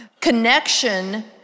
connection